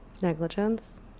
negligence